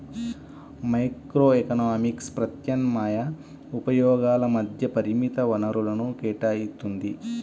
microeconomics ప్రత్యామ్నాయ ఉపయోగాల మధ్య పరిమిత వనరులను కేటాయిత్తుంది